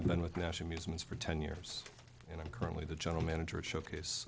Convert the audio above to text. i've been with national museums for ten years and i'm currently the general manager of showcase